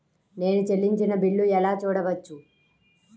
నేను చెల్లించిన బిల్లు ఎలా చూడవచ్చు?